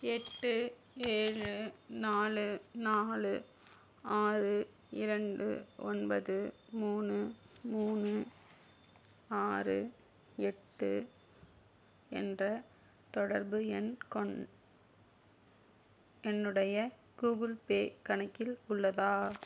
எட்டு ஏழு நாலு நாலு ஆறு இரண்டு ஒன்பது மூணு மூணு ஆறு எட்டு என்ற தொடர்பு எண் கொண் என்னுடைய கூகிள் பே கணக்கில் உள்ளதா